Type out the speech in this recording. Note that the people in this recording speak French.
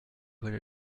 voilà